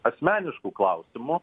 asmeniškų klausimų